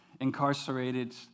incarcerated